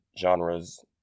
genres